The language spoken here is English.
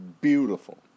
beautiful